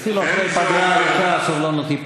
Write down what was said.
אפילו אחרי פגרה ארוכה סבלנותי פקעה.